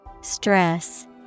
Stress